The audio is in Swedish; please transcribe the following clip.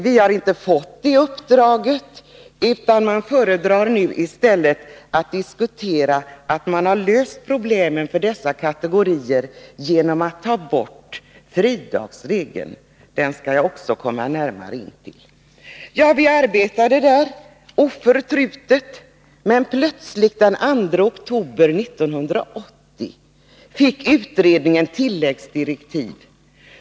Vi har inte fått uppdraget, utan man föredrar nu i stället att diskutera som om man har löst problemen för dessa kategorier genom att ta bort fridagsregeln. Den skall jag också närmare komma in på. Vi arbetade oförtrutet, men plötsligt, den 2 oktober 1980, fick utredningen tilläggsdirektiv.